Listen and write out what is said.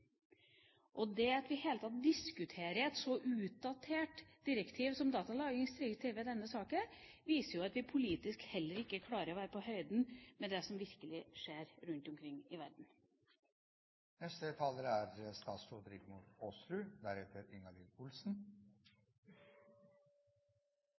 Det at vi i det hele tatt diskuterer et så utdatert direktiv som datalagringsdirektivet i denne salen, viser jo at vi politisk heller ikke klarer å være på høyde med det som virkelig skjer rundt omkring i verden. Personvern er